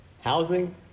housing